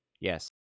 yes